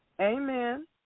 Amen